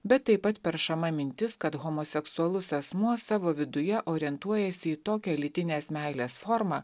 bet taip pat peršama mintis kad homoseksualus asmuo savo viduje orientuojasi į tokią lytinės meilės formą